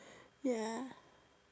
ya